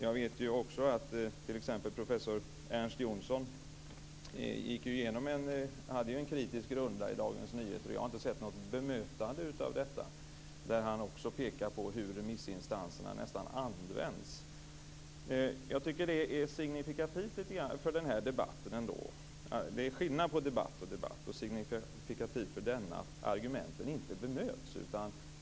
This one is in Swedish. Jag vet ju också att t.ex. professor Ernst Jonsson hade en kritisk runda i Dagens Nyheter. Jag har inte sett något bemötande av detta. Han pekar också på hur remissinstanser nästan används. Det är skillnad på debatt och debatt, och signifikativt för denna är att argumenten inte bemöts.